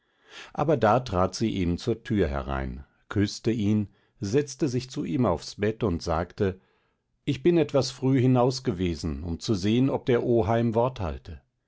aber da trat sie eben zur tür herein küßte ihn setzte sich zu ihm aufs bett und sagte ich bin etwas früh hinaus gewesen um zu sehn ob der oheim wort halte